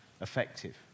effective